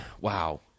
Wow